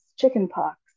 chickenpox